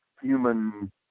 human